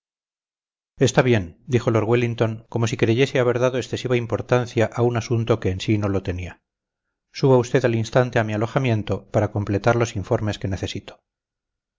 está bien dijo lord wellington como si creyese haber dado excesiva importancia a un asunto que en sí no lo tenía suba usted al instante a mi alojamiento para completar los informes que necesito